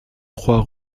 trois